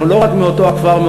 אנחנו לא רק מאותו הכפר,